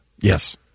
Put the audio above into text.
Yes